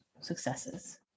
successes